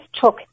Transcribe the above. took